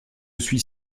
suis